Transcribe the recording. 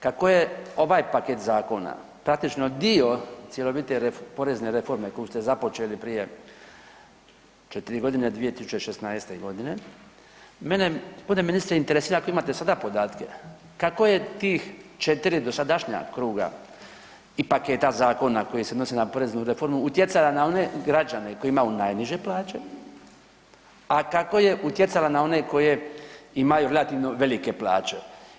Kako je ovaj paket zakona praktično dio cjelovite porezne reforme koju ste započeli prije 4.g., 2016.g., mene g. ministre interesira ako imate sada podatke, kako je tih 4 dosadašnja kruga i paketa zakona koji se odnosi na poreznu reformu utjecala na one građane koji imaju najniže plaće, a kako je utjecala na one koje imaju relativno velike plaće?